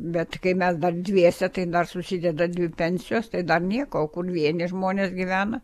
bet kai mes dar dviese tai dar susideda dvi pensijos tai dar nieko o kur vieni žmonės gyvena